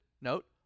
note